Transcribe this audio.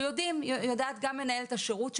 שיודעת עליה גם מנהלת השירות,